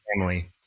family